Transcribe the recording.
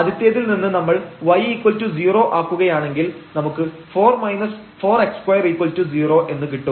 ആദ്യത്തേതിൽ നിന്ന് നമ്മൾ y0 ആക്കുകയാണെങ്കിൽ നമുക്ക് 4 4 x20 എന്ന് കിട്ടും